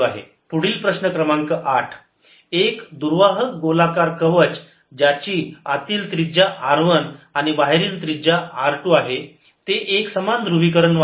पुढील प्रश्न क्रमांक आठ एक दुर्वाहक गोलाकार कवच ज्याची आतील त्रिज्या R 1 आणि बाहेरील त्रिजा R 2 आहे ते एक समान ध्रुवीकरण वाहते